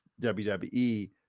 wwe